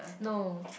no